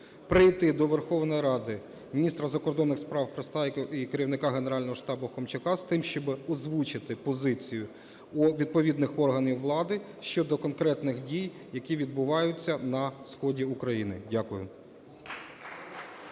прийти до Верховної Ради міністру закордонних справ Пристайку і керівнику Генерального штабу Хомчаку з тим, щоби озвучити позицію відповідних органів влади щодо конкретних дій, які відбуваються на сході України. Дякую.